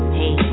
hey